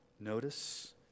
Notice